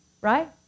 right